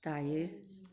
दायो